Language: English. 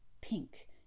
pink